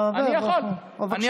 אני יכול.